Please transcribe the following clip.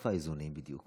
איפה האיזונים בדיוק?